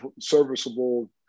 serviceable